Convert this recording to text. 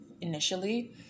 initially